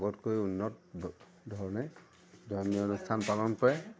আগতকৈ উন্নত ধ ধৰণে ধৰ্মীয় অনুষ্ঠান পালন কৰে